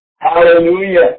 Hallelujah